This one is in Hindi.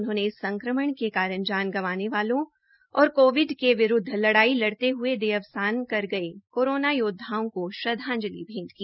उन्होंने इस संक्रमण के कारण जान गंवाने वालों और कोविड के विरूद्व लड़ाई लड़ते हये देह अवसान कर गये कोरोना योद्वाओं को श्रद्वांजलि भेंट की